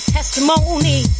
Testimony